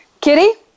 Kitty